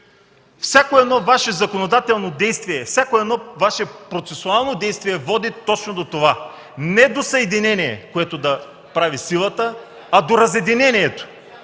всяко едно Ваше законодателно действие, всяко едно Ваше процесуално действие води точно до това: не до съединение, което да прави силата (шум и реплики от